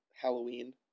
Halloween